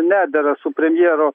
nedera su premjero